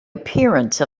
appearance